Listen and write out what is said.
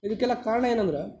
ಇದಕೆಲ್ಲ ಕಾರಣ ಏನೆಂದರೆ